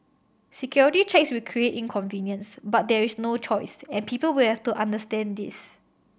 security checks will create inconvenience but there is no choice and people will have to understand this